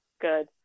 good